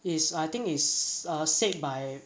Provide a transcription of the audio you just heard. is I think is err said by